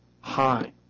High